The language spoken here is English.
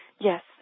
yes